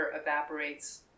evaporates